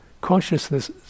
consciousness